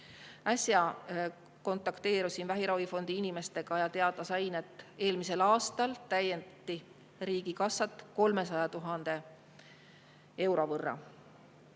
Äsja kontakteerusin vähiravifondi inimestega ja sain teada, et eelmisel aastal täiendati riigikassat 300 000 euro võrra.